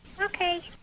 Okay